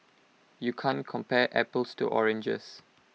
you can't compare apples to oranges